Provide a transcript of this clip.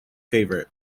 favorite